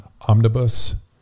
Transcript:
Omnibus